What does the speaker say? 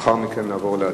לאחר מכן נעבור להצבעה.